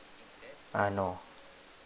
ah no